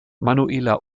manuela